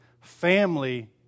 Family